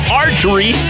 archery